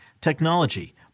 technology